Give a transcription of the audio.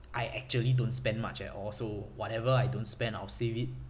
I actually don't spend much at all so whatever I don't spend I'll save it